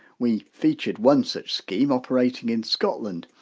we featured one such scheme operating in scotland.